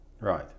Right